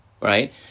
right